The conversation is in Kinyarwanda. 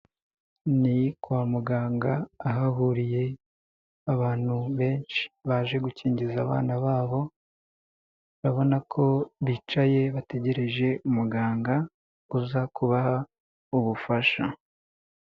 Ni kwa muganga, ahahuriye abantu benshi, baje gukingiza abana babo, babona ko bicaye bategereje umuganga, uza kubaha ubufasha.